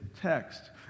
text